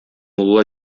мулла